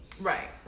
right